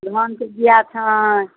धानके बीआ छनि